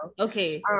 okay